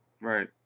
Right